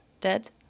dead